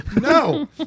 No